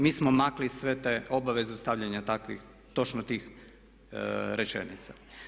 Mi smo maknuli sve te obaveze od stavljanja takvih, točno tih rečenica.